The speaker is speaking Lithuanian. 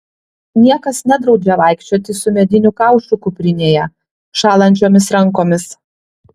niekas nedraudžia vaikščioti su mediniu kaušu kuprinėje šąlančiomis rankomis